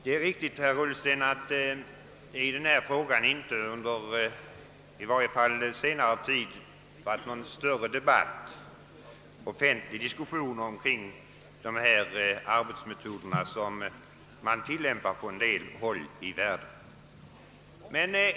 Det är riktigt, herr Ullsten, att de ar betsmetoder som tillämpas på en del håll i världen inte har varit föremål för någon större offentlig diskussion i varje fall under senare tid.